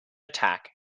attack